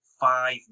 five